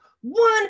one